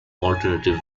alternative